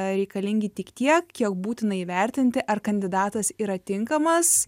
reikalingi tik tiek kiek būtina įvertinti ar kandidatas yra tinkamas